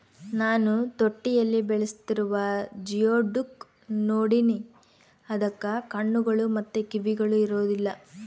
ನಾನು ತೊಟ್ಟಿಯಲ್ಲಿ ಬೆಳೆಸ್ತಿರುವ ಜಿಯೋಡುಕ್ ನೋಡಿನಿ, ಅದಕ್ಕ ಕಣ್ಣುಗಳು ಮತ್ತೆ ಕಿವಿಗಳು ಇರೊದಿಲ್ಲ